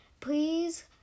Please